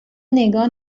نگاه